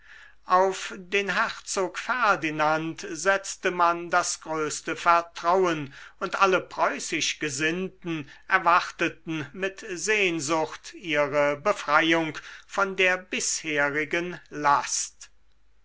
auf den herzog ferdinand setzte man das größte vertrauen und alle preußisch gesinnten erwarteten mit sehnsucht ihre befreiung von der bisherigen last